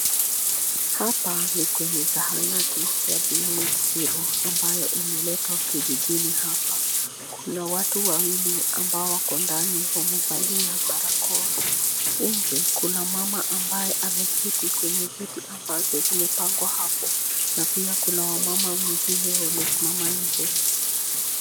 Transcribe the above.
Hapa ni kwenye zahanati ya Beyond Zero ambayo imeletwa kijijini hapa kuna watu wawili ambao wako ndani wamevalia barakoa. Nje kuna mama ambaye ameketi kwenye viti ambazo zimepangwa hapo na pia kuna wamama wengine ambao wamesimama nje.